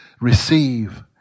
receive